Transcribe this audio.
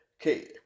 Okay